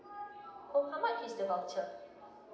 oh how much is the voucher